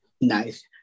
Nice